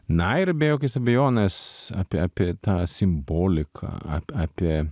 na ir be jokios abejonės apie apie tą simboliką ap apie